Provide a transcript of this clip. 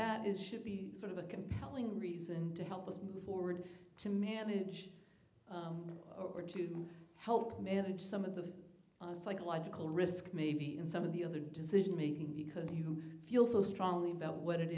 that is should be sort of a compelling reason to help us move forward to manage or to help manage some of the psychological risk maybe in some of the other decision making because you feel so strongly about what it